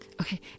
Okay